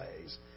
ways